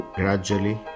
gradually